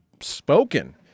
spoken